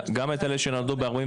גם את אלה שנולדו ב-44,